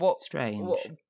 strange